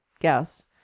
guess